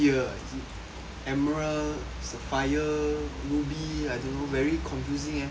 emerald sapphire ruby I don't know very confusing eh